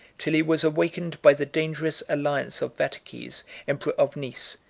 till he was awakened by the dangerous alliance of vataces emperor of nice,